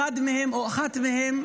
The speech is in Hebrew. אחד מהם, או אחת מהם,